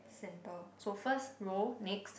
centre so first row makes